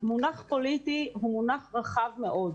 המונח "פוליטי" הוא מונח רחב מאוד.